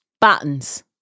Buttons